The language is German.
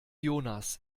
jonas